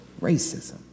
racism